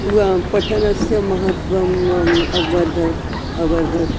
पुरा पठनस्य महत्वम् अवर्धयत् अवर्धयत्